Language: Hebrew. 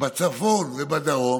בצפון ובדרום,